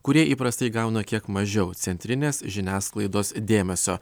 kurie įprastai gauna kiek mažiau centrinės žiniasklaidos dėmesio